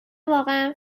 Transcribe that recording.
واقعا